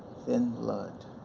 thin blood,